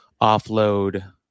offload